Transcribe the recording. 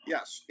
Yes